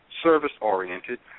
service-oriented